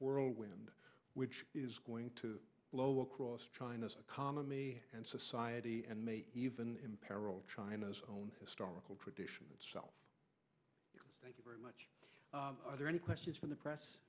whirlwind which is going to blow across china's economy and society and may even imperil china's own historical tradition itself thank you very much are there any questions from the press